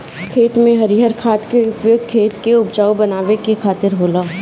खेत में हरिर खाद के उपयोग खेत के उपजाऊ बनावे के खातिर होला